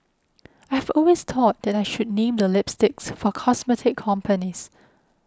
I've always thought that I should name the lipsticks for cosmetic companies